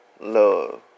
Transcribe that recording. love